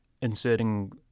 inserting